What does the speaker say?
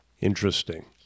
Interesting